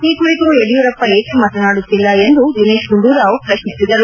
ಈ ಕುರಿತು ಯಡಿಯೂರಪ್ಪ ಏಕೆ ಮಾತನಾಡುತ್ತಿಲ್ಲ ಎಂದು ದಿನೇಶ್ ಗುಂಡೂರಾವ್ ಪ್ರಶ್ನಿಸಿದರು